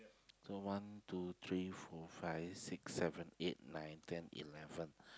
so one two three four five six seven eight nine ten eleven